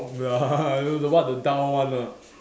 what the down one ah